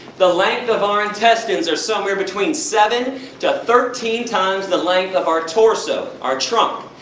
the length of our intestines are somewhere between seven to thirteen times the length of our torso, our trunk.